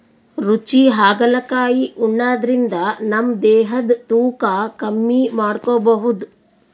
ರುಚಿ ಹಾಗಲಕಾಯಿ ಉಣಾದ್ರಿನ್ದ ನಮ್ ದೇಹದ್ದ್ ತೂಕಾ ಕಮ್ಮಿ ಮಾಡ್ಕೊಬಹುದ್